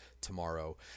tomorrow